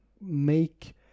make